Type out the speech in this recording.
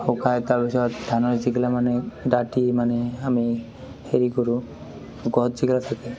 শুকাই তাৰপিছত ধানৰ যিগিলা মানে ডাতি মানে আমি হেৰি কৰোঁ গছ যিবিলাক থাকে